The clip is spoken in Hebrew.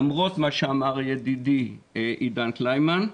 למרות מה שאמר ידידי עידן קלינמן,